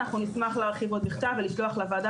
אנחנו נשמח להרחיב עוד בכתב ולשלוח לוועדה